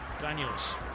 Daniels